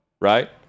right